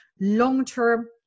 long-term